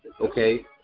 okay